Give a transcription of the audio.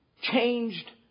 changed